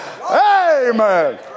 Amen